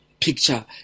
picture